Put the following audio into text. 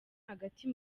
hagati